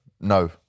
No